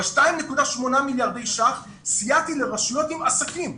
ב-2.8 מיליארדי שקלים סייעתי לרשויות עם עסקים,